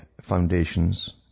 foundations